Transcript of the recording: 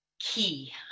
key